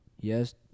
Yes